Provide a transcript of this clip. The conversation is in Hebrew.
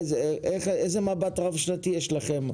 איזה מבט רב-שנתי יש לכם?